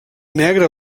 negre